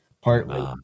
partly